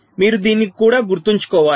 మీరు దీన్ని కూడా గుర్తుంచుకోవాలి